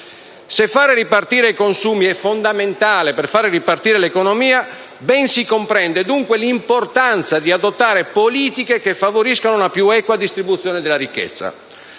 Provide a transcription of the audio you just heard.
Se far ripartire i consumi è fondamentale per far ripartire l'economia, ben si comprende dunque l'importanza di adottare politiche che favoriscano una più equa distribuzione della ricchezza.